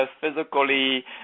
physically